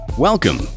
Welcome